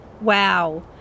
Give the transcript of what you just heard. wow